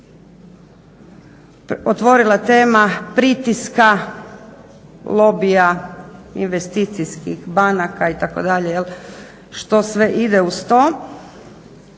otvorila tema pritiska lobija investicijskih banaka itd. štos ve ide uz to.